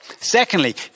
Secondly